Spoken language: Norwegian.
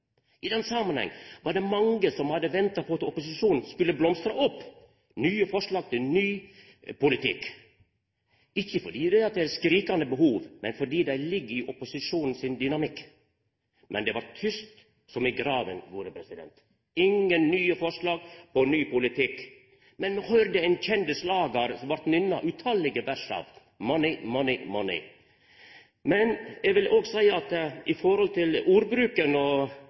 I den samanhengen var det mange som hadde venta på at opposisjonen skulle blomstra opp med nye forslag til ny politikk, ikkje fordi det er eit skrikande behov, men fordi det ligg i opposisjonen sin dynamikk. Men det var tyst som i grava. Det var ingen nye forslag til ny politikk, men me høyrde ein kjend slager som det vart nynna tallause vers av: «Money, money, money». Eg vil òg seia at i forhold til ordbruken – og